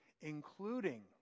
Including